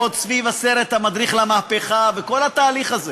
עוד סביב הסרט "המדריך למהפכה" וכל התהליך הזה.